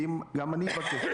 כי אם גם אני אבקש,